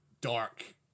dark